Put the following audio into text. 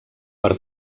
per